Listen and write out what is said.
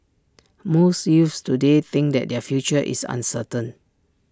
most youths today think that their future is uncertain